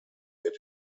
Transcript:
wird